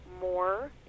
more